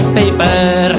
paper